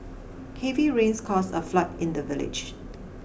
heavy rains caused a flood in the village